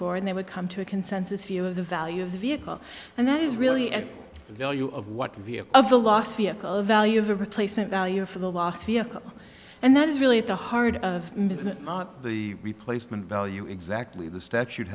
four and they would come to a consensus view of the value of the vehicle and that is really a value of what view of the last vehicle of value the replacement value for the last vehicle and that is really at the heart of the replacement value exactly the statute